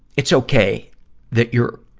it's okay that you're